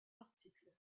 articles